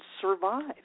survive